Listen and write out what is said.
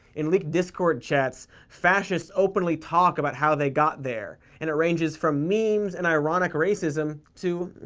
in leaked discord chats, fascists openly talk about how they got there, and it ranges from memes and ironic racism to.